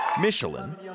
Michelin